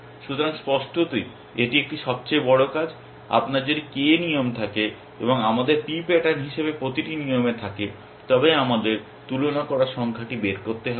সুতরাং স্পষ্টতই এটি একটি সবচেয়ে বড় কাজ আপনার যদি k নিয়ম থাকে এবং আমাদের p প্যাটার্ন হিসাবে প্রতিটি নিয়মে থাকে তবে আমাদের তুলনা করার সংখ্যাটি বের করতে হবে